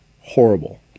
horrible